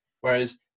Whereas